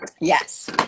Yes